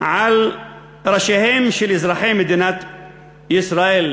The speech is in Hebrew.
על ראשיהם של אזרחי מדינת ישראל.